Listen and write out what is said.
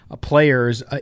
players